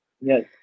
Yes